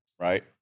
Right